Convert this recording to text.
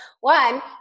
One